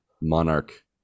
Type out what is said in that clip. Monarch